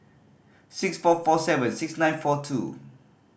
six four four seven six nine four two